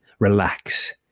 relax